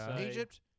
Egypt